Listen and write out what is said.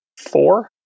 four